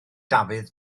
dafydd